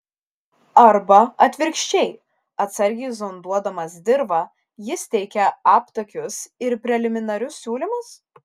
arba atvirkščiai atsargiai zonduodamas dirvą jis teikia aptakius ir preliminarius siūlymus